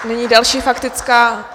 Nyní další faktická.